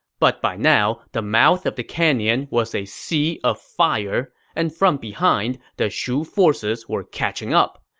but by now, the mouth of the canyon was a sea of fire, and from behind the shu forces were catching up.